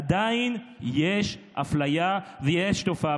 עדיין יש אפליה ויש תופעה.